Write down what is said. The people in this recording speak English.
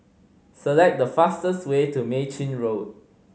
select the fastest way to Mei Chin Road